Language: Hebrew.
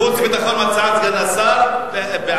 חוץ וביטחון, הצעת סגן השר, בעד.